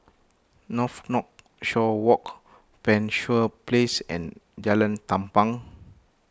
shore Walk Penshurst Place and Jalan Tampang